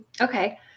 Okay